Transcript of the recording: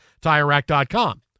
TireRack.com